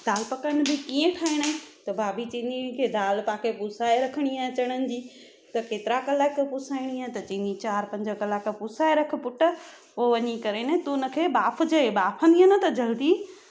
दालि पकवान बि कीअं ठाहिणा आहिनि त भाभी चइंदी हुई कि दालि तव्हांखे पुसाए रखणी आहे चणनि जी त केतिरा कलाक पुसाइणी आहे त चवंदी हुई चारि पंज कलाक पुसाए रख पुटु पोइ वञी करे न तू हुन खे ॿाफिजे ॿाफंदी त जल्दी